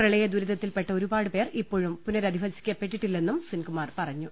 പ്രളയ ദുരിതത്തിൽപ്പെട്ട ഒരുപാടുപേർ ഇപ്പോഴും പുനരധി വസിപ്പിക്കപ്പെട്ടിട്ടില്ലെന്നും സെൻകുമാർ പറഞ്ഞു